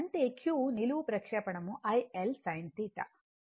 అంటే q నిలువు ప్రక్షేపణం IL sin 𝛉